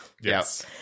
yes